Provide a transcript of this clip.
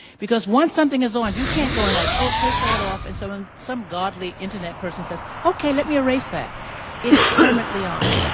because once something is on, you can't go and like oh take that off and so some godly internet person says okay, let me erase that it's permanently on.